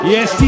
Yes